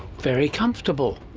very comfortable.